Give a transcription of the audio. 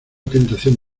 tentación